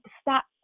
stop